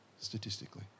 statistically